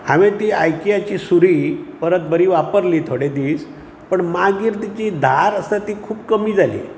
हांवें ती आयकीयाची सुरी परत बरी वापरली थोडे दीस पण मागीर तिची धार आसा ती खूब कमी जाली